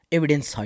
Evidence